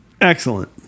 Excellent